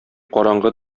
караңгы